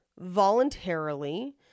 voluntarily